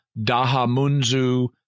Dahamunzu